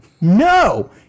No